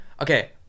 okay